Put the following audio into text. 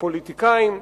הפוליטיקאים,